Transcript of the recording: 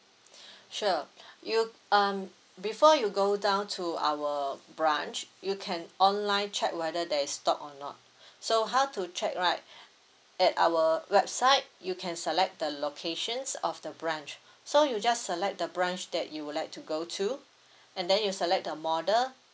sure you um before you go down to our branch you can online check whether there is stock or not so how to check right at our website you can select the locations of the branch so you just select the branch that you would like to go to and then you select the model